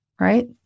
right